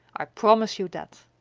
i promise you that.